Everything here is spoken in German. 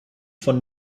von